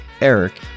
Eric